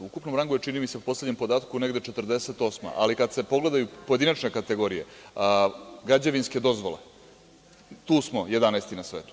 U ukupnom rangu je, čini mi se, po poslednjem podatku negde 48, ali kada se pogledaju pojedinačne kategorije, građevinske dozvole, tu smo 11. na svetu.